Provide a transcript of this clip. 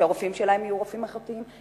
שהרופאים שלהם יהיו רופאים איכותיים,